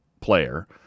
player